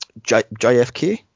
JFK